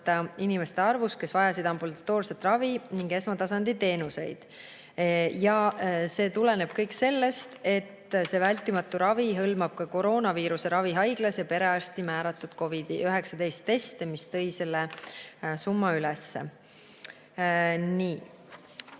inimeste arvus, kes vajasid ambulatoorset ravi ning esmatasandi teenuseid. See tuleneb kõik sellest, et see vältimatu ravi hõlmab ka koroonaviiruse ravi haiglas ja perearsti määratud COVID‑19 teste, mis viis selle summa üles. Nii.